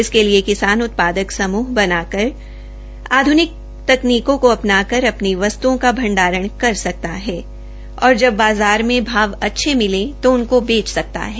इसके लिए किसान उत्यादक समूह बनाकर आध्निक तकनीकों को अधनाकर अधनी वस्तुओं का भंडारण कर सकता है ताकि जब बाजार में भाव अच्छे मिलें तो उनको बेच सकता है